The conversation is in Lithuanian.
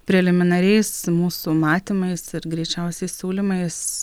preliminariais mūsų matymais ir greičiausiai siūlymais